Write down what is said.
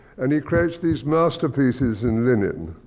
and he creates these masterpieces in linen,